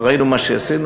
ראינו מה שראינו,